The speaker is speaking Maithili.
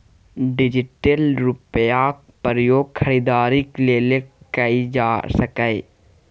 डिजिटल रुपैयाक प्रयोग खरीदारीक लेल कएल जा सकैए